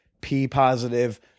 P-positive